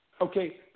Okay